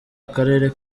akarere